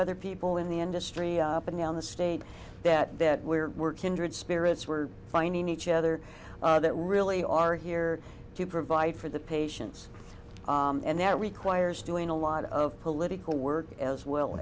other people in the industry up and down the state that that where we're kindred spirits we're finding each other that really are here to provide for the patients and that requires doing a lot of political work as well